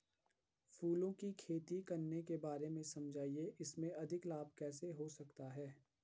फूलों की खेती करने के बारे में समझाइये इसमें अधिक लाभ कैसे हो सकता है?